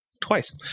Twice